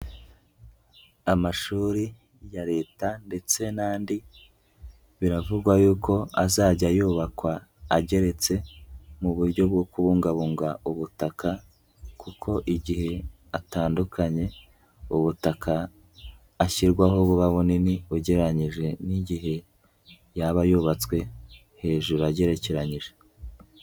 Amashuri ya leta ndetse n'andi, biravugwa yuko azajya yubakwa ageretse, mu buryo bwo kubungabunga ubutaka kuko igihe atandukanye, ubutaka ashyirwaho buba bunini, ugereranyije n'igihe yaba yubatswe, hejuru agerekeranyije.